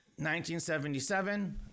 1977